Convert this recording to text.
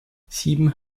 sieben